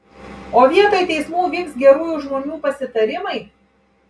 o vietoj teismų vyks gerųjų žmonių pasitarimai